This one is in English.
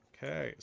Okay